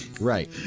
Right